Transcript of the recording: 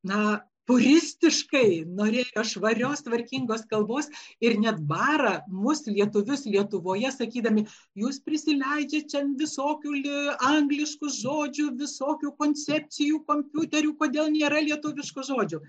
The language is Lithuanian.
na puristiškai norėjo švarios tvarkingos kalbos ir net bara mus lietuvius lietuvoje sakydami jūs prisileidžiat ten visokių lie angliškų žodžių visokių koncepcijų kompiuterių kodėl nėra lietuviškų žodžių